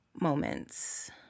moments